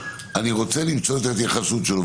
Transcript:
אני רוצה למצוא את ההתייחסות שלו.